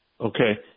Okay